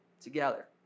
together